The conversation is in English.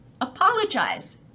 Apologize